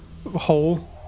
hole